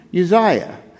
Uzziah